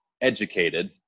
educated